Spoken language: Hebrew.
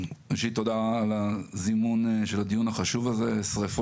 יש לי רשימה של כל היישובים הערבים שנדרש לבצע סביבם הגנה מפני שריפות.